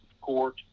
court